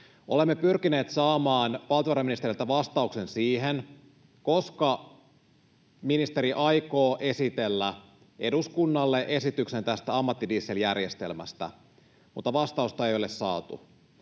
Olemme pyrkineet saamaan valtiovarainministeriltä vastauksen siihen, milloin ministeri aikoo esitellä eduskunnalle esityksen tästä ammattidieseljärjestelmästä, mutta vastausta ei ole saatu.